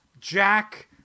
Jack